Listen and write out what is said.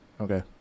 Okay